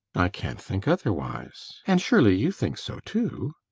i can't think otherwise. and surely you think so too?